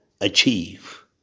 achieve